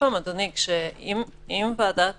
אם ועדת